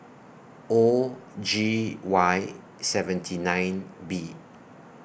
O G Y seventy nine B